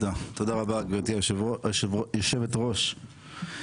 תודה רבה גברתי יושבת הראש.